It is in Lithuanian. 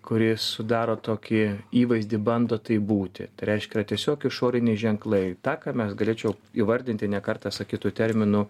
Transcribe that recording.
kuris sudaro tokį įvaizdį bando taip būti tai reiškia yra tiesiog išoriniai ženklai tą ką mes galėčiau įvardinti ne kartą sakytu terminu